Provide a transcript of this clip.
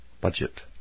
Budget